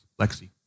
Lexi